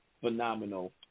phenomenal